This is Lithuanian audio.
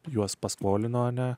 juos paskolino ne